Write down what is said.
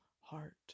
heart